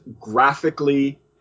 graphically